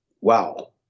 wow